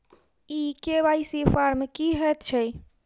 ई KYC form की हएत छै?